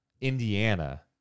Indiana